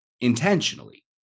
Intentionally